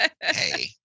Hey